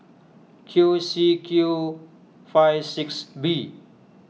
Q C Q five six B